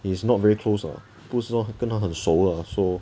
it's not very close ah 不是说跟他很熟啦 so